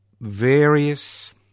various